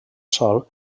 sol